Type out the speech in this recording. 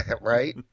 right